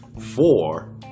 four